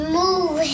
move